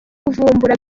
kuvumbura